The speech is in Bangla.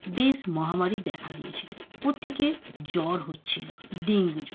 বেশ মহামারী দেখা দিয়েছিলো প্রত্যেকের জ্বর হচ্ছিল ডেঙ্গু জ্বর